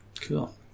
Cool